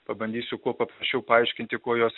pabandysiu kuo paprasčiau paaiškinti kuo jos